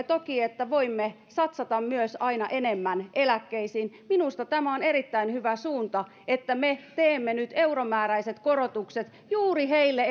toki että voimme satsata myös aina enemmän eläkkeisiin minusta tämä on erittäin hyvä suunta että me teemme nyt euromääräiset korotukset juuri niille